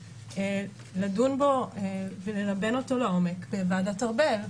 לדון בו וללבן אותו לעומק בוועדת ארבל,